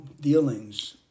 dealings